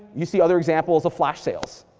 you see other examples of flash sales.